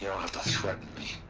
have to threaten me